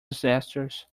disasters